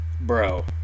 Bro